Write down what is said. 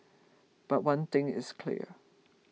but one thing is clear